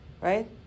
Right